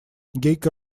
гейка